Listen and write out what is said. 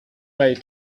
way